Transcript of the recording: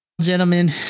gentlemen